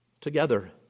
together